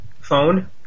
phone